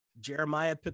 jeremiah